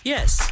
Yes